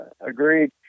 agreed